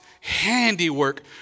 handiwork